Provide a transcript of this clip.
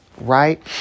right